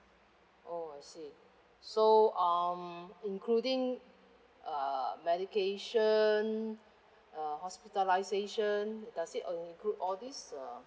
oh I see so um including uh medication uh hospitalization does it uh include all this uh